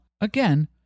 again